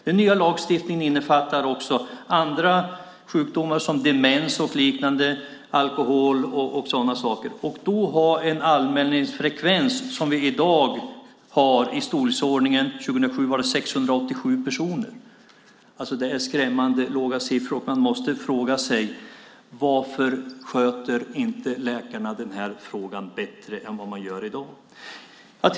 Den nya lagstiftningen innefattar också andra sjukdomar som demens, alkoholproblem och liknande, och frekvensen år 2007 var 687 personer. Det är skrämmande låga siffror. Man måste fråga sig varför läkarna inte sköter den här frågan bättre än vad de gör i dag.